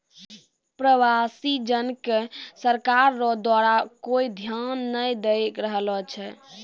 प्रवासी जन के सरकार रो द्वारा कोय ध्यान नै दैय रहलो छै